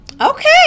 Okay